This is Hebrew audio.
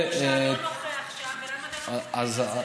מורשע לא נוכח שם ולמה אתם לא מפקחים על זה?